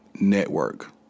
network